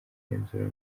igenzura